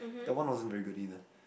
that one wasn't very good either